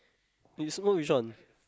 you smoke which one